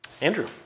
Andrew